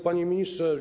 Panie Ministrze!